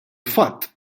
fatt